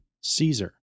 Caesar